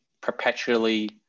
perpetually